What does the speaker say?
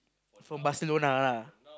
from Barcelona lah